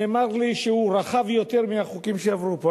נאמר לי שהוא רחב יותר מהחוקים שעברו פה.